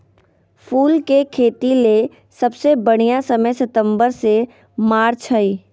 फूल के खेतीले सबसे बढ़िया समय सितंबर से मार्च हई